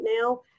now